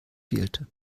fehlte